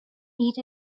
need